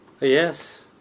Yes